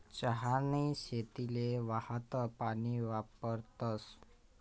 चहानी शेतीले वाहतं पानी वापरतस